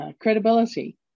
credibility